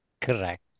Correct